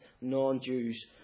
non-Jews